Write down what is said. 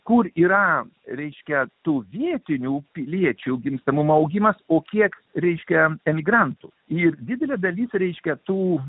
kur yra reikėtų vietinių piliečių gimstamumo augimas o kiek reikia emigrantų į didelė dalis reiškia tų